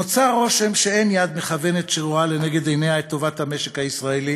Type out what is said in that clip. נוצר רושם שאין יד מכוונת שרואה לנגד עיניה את טובת המשק הישראלי